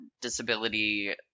disability